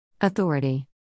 Authority